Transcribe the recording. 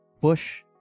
push